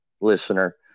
listener